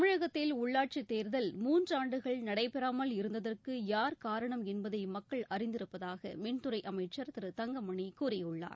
தமிழகத்தில் உள்ளாட்சித் தேர்தல் மூன்றாண்டுகள் நடைபெறாமல் இருந்ததற்கு யார் காரணம் என்பதை மக்கள் அறிந்திருப்பதாக மின்துறை அமைச்சர் திரு தங்கமணி கூறியுள்ளார்